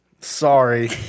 Sorry